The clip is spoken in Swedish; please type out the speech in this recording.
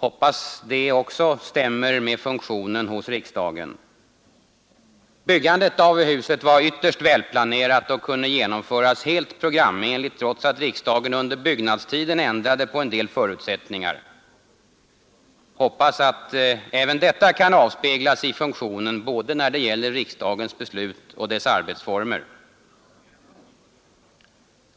Hoppas det stämmer med funktionen hos riksdagen. Byggandet av huset var ytterst välplanerat och kunde genomföras helt programenligt trots att riksdagen under byggnadstiden ändrade på en del förutsättningar. Hoppas att även detta kan avspeglas i funktionen när det gäller både riksdagens beslut och dess arbetsformer.